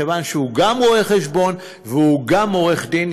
מכיוון שהוא גם רואה-חשבון והוא גם עורך-דין.